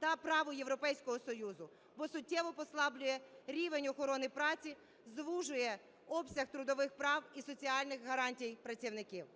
та праву Європейського Союзу, бо суттєво послаблює рівень охорони праці звужує обсяг трудових прав і соціальних гарантій працівників.